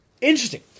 Interesting